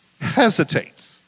hesitate